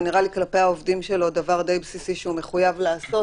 זה נראה לי כלפי העובדים שלו דבר די בסיסי שהוא מחויב לעשות.